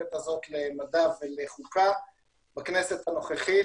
המשותפת הזאת למדע ולחוקה בכנסת הנוכחית,